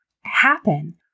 happen